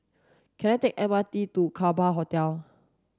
can I take M R T to Kerbau Hotel